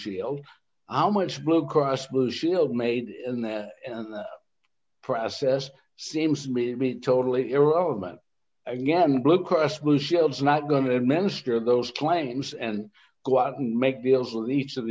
shield much blue cross blue shield made in that process seems to me totally irrelevant again blue cross blue shield is not going to administer those claims and go out and make deals with each of